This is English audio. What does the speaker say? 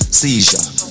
seizure